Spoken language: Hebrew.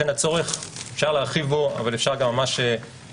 הצורך אפשר להרחיב בו אבל בתמצית,